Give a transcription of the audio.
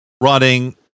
running